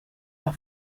der